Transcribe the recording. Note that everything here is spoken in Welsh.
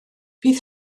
bydd